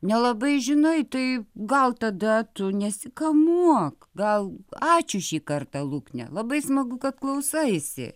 nelabai žinai tai gal tada tu nesikamuok gal ačiū šį kartą lukne labai smagu kad klausaisi